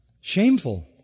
shameful